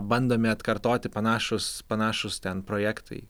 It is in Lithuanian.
bandomi atkartoti panašūs panašūs ten projektai